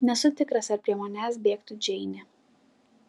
nesu tikras ar prie manęs bėgtų džeinė